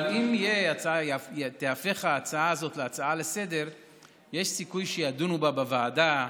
אבל אם ההצעה הזאת תיהפך להצעה לסדר-היום יש סיכוי שידונו בה בוועדה.